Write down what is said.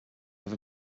have